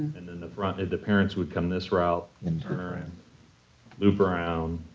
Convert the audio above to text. and then the front if the parents would come this route and turn around loop around